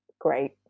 great